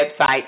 website